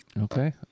Okay